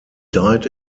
died